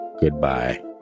Goodbye